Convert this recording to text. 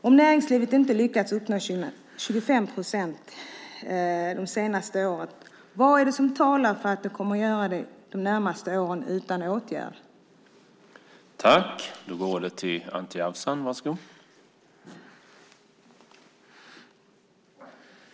Om näringslivet inte lyckats uppnå målet om 25 procent under de senaste åren, vad är det som talar för att så kommer att ske under de närmast kommande åren utan att åtgärder vidtas?